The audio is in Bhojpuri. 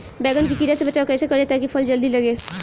बैंगन के कीड़ा से बचाव कैसे करे ता की फल जल्दी लगे?